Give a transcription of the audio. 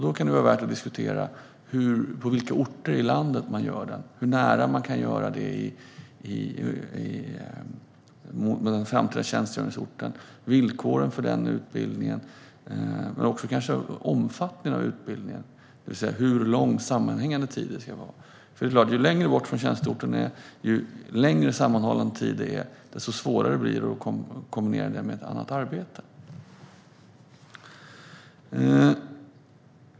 Det kan vara värt att diskutera på vilka orter i landet som man ska göra detta, hur nära man kan göra det i den framtida tjänstgöringsorten och villkoren för utbildningen men också dess omfattning, det vill säga hur lång sammanhängande tid den ska ha. Ju längre bort från tjänsteorten man finns och ju längre sammanhängande tid det är, desto svårare blir det att kombinera med ett annat arbete.